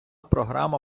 програма